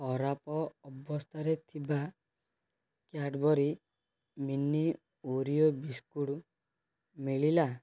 ଖରାପ ଅବସ୍ଥାରେ ଥିବା କ୍ୟାଡ଼୍ବରି ମିନି ଓରିଓ ବିସ୍କୁଟ୍ ମିଳିଲା